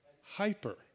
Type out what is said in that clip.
Hyper